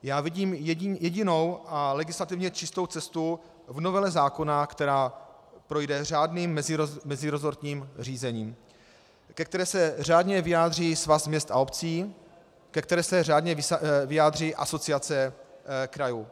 Já vidím jedinou a legislativně čistou cestu v novele zákona, která projde řádným meziresortním řízením, ke které se řádně vyjádří Svaz měst a obcí, ke které se řádně vyjádří Asociace krajů.